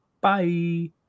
bye